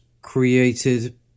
created